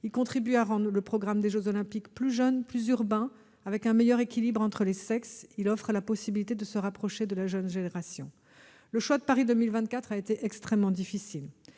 Ils contribuent à rendre le programme des jeux Olympiques plus jeune, plus urbain, avec un meilleur équilibre entre les sexes. Ils offrent la possibilité de se rapprocher de la jeune génération ». Le choix a été extrêmement difficile.